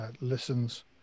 listens